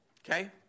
Okay